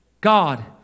God